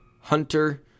Hunter